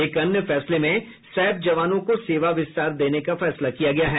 एक अन्य फैसले में सैप जवानों को सेवा विस्तार देने का फैसला किया गया है